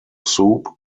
soup